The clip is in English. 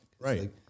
right